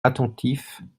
attentifs